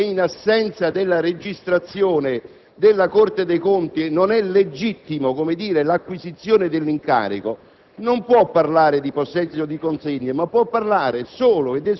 quando l'atto non è ancora perfetto, e in assenza della registrazione della Corte dei conti non è ancora legittima, per così dire, l'acquisizione dell'incarico,